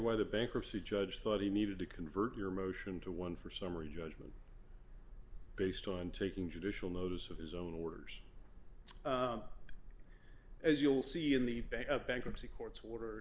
why the bankruptcy judge thought he needed to convert your motion to one for summary judgment based on taking judicial notice of his own orders as you'll see in the bank of bankruptcy court